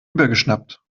übergeschnappt